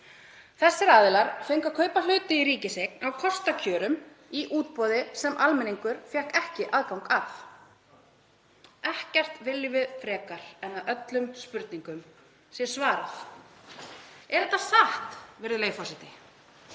Þessir aðilar fengu að kaupa hluti í ríkiseign á kostakjörum í útboði sem almenningur fékk ekki aðgang að. Ekkert viljum við frekar en að öllum spurningum sé svarað. Er þetta satt, virðulegi forseti?